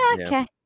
Okay